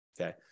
okay